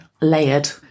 layered